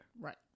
right